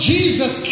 Jesus